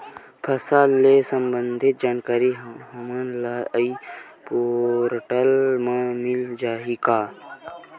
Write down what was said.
फसल ले सम्बंधित जानकारी हमन ल ई पोर्टल म मिल जाही का?